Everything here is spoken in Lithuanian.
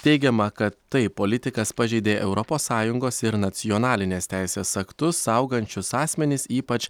teigiama kad taip politikas pažeidė europos sąjungos ir nacionalinės teisės aktus saugančius asmenis ypač